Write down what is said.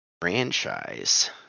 Franchise